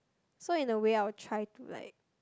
so in a way I'll try to like